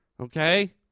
Okay